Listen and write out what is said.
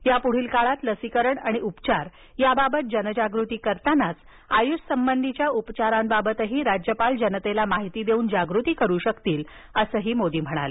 यापुढील काळात लसीकरण आणि उपचार याबाबत जनजागृती करतानाच आयुषसंबधीच्या उपचारांबाबतही राज्यपाल जनतेला माहिती देऊन जागृती करू शकतील असं मोदी म्हणाले